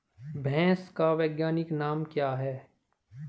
भैंस का वैज्ञानिक नाम क्या है?